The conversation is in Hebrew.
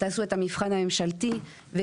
הם צריכים לעשות את המבחן הממשלתי.